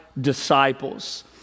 Disciples